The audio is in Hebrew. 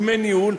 דמי ניהול.